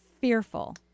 Fearful